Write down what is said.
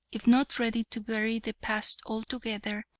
if not ready to bury the past altogether,